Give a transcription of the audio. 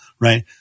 Right